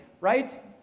right